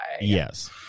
Yes